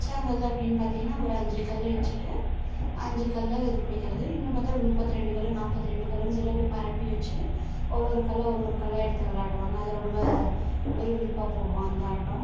அச்சாங்கல் அப்படின்னு பார்த்தீங்கனா ஒரு அஞ்சு கல் வெச்சுட்டு அஞ்சு கல் அது பிடிக்கிறது இன்னும் பார்த்தா ஒரு முப்பத்தி ரெண்டு கல் நாற்பத்தி ரெண்டு கல்லுன்னு சொல்லி அப்டியே பரப்பி வெச்சி ஒவ்வொரு கல்லாக ஒரு ஒரு கல்லாக எடுத்து விளாடுவாங்க அது ரொம்ப விறுவிறுப்பாக போகும் அந்த ஆட்டம்